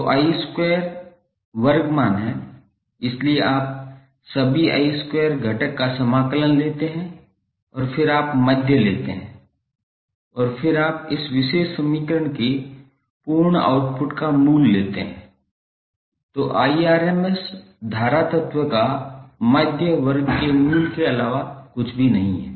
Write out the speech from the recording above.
तो वर्ग मान है इसलिए आप सभी घटक का समाकलन लेते हैं और फिर आप माध्य लेते हैं और फिर आप इस विशेष समीकरण के पूर्ण आउटपुट का मूल लेते हैं तो धारा तत्व का माध्य वर्ग के मूल के अलावा कुछ भी नहीं है